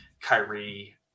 Kyrie